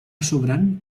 sobrant